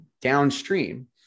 downstream